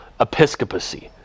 episcopacy